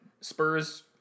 Spurs